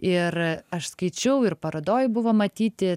ir aš skaičiau ir parodoj buvo matyti